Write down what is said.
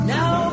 Now